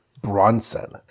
Bronson